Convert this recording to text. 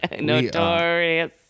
Notorious